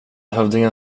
hövdingen